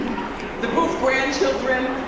the boof grandchildren.